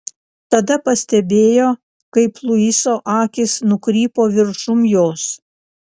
tada pastebėjo kaip luiso akys nukrypo viršum jos